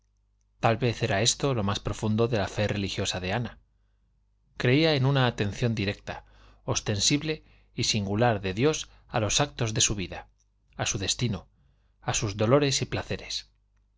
tal vez era esto lo más profundo en la fe religiosa de ana creía en una atención directa ostensible y singular de dios a los actos de su vida a su destino a sus dolores y placeres